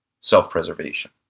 self-preservation